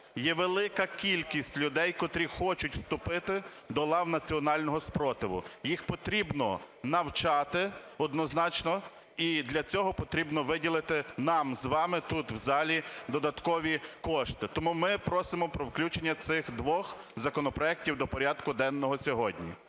є велика кількість людей, котрі хочуть вступити до лав національного спротиву, їх потрібно навчати однозначно, і для цього потрібно виділити нам з вами тут в залі додаткові кошти. Тому ми просимо про включення цих двох законопроектів до порядку денного сьогодні.